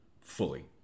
fully